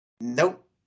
Nope